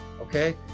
okay